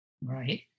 Right